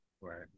Right